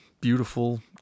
beautiful